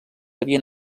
havien